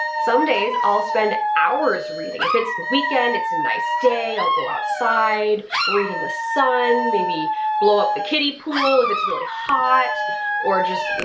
some days i'll spend hours reading if it's the weekend. it's a nice day. i'll go outside, read in the sun, maybe blow up the kiddie pool if it's really hot or just, you